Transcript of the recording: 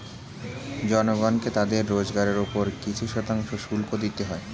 জনগণকে তাদের রোজগারের উপর কিছু শতাংশ শুল্ক দিতে হয়